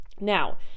now